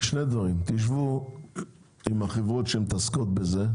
שני דברים, תשבו עם החברות שמתעסקות בזה,